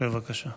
בבקשה.